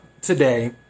today